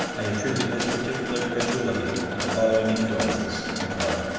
i attribute this particular credulity to the following influences in part.